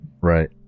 Right